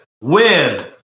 Win